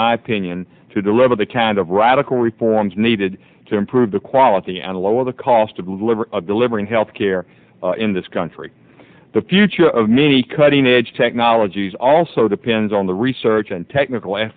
my opinion to deliver the kind of radical reforms needed to improve the quality and lower the cost of living of delivering health care in this country the future of many cutting edge technologies also depends on the research and technical and